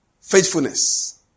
faithfulness